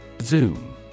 Zoom